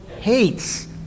hates